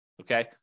Okay